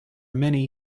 many